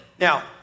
Now